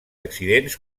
accidents